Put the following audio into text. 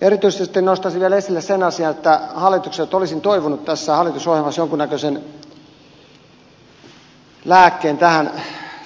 erityisesti nostaisin vielä esille sen asian että hallitukselta olisin toivonut tässä hallitusohjelmassa jonkunnäköistä lääkettä tähän